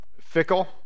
fickle